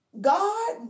God